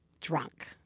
drunk